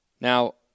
Now